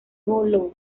boulogne